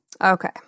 Okay